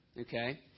Okay